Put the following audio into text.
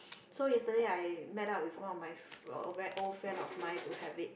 so yesterday I met up with one of my uh very old friend of mine to have it